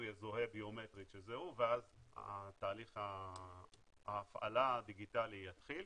יזוהה ביומטרית שזה הוא ואז תהליך ההפעלה הדיגיטלי יתחיל.